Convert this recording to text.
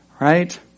right